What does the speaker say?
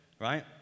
right